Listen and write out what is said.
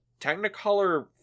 Technicolor